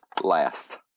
last